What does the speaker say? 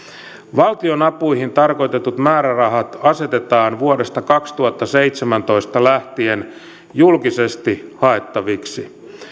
valtionapuihin tarkoitetut määrärahat asetetaan vuodesta kaksituhattaseitsemäntoista lähtien julkisesti haettaviksi